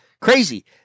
crazy